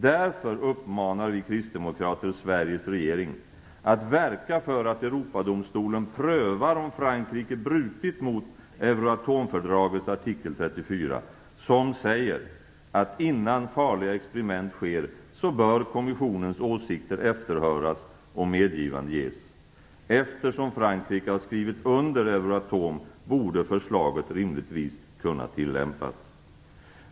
Därför uppmanar vi kristdemokrater Sveriges regering att verka för att Europadomstolen prövar om Frankrike brutit mot Euratomfördragets artikel 34, som säger att innan farliga experiment sker bör kommissionens åsikter efterhöras och medgivande ges. Eftersom Frankrike har skrivit under Euratomfördraget borde förslaget rimligtvis kunna tillämpas.